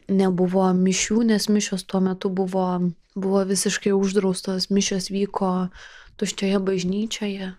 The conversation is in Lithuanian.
nebuvo mišių nes mišios tuo metu buvo buvo visiškai uždraustos mišios vyko tuščioje bažnyčioje